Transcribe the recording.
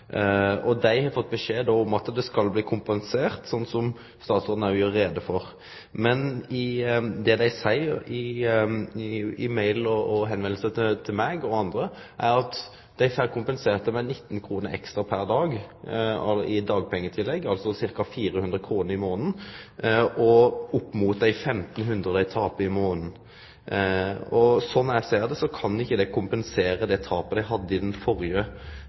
Dei har fått beskjed om at det skal bli kompensert for, slik statsråden òg gjer greie for. Dei seier i e-post og brev til meg og andre at dei får kompensert for det med 19 kr ekstra pr. dag i dagpengetillegg, altså ca. 400 kr opp mot dei 1 500 kr dei taper i månaden. Slik eg ser det, kan ikkje det kompensere for det tapet dei har. Mitt spørsmål blir: Er statsråden sikker på at dei breva eg har fått, i